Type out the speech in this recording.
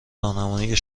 راهنمایی